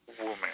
woman